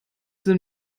den